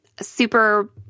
super